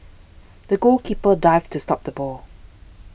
the goalkeeper dived to stop the ball